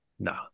No